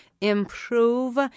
improve